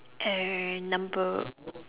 err number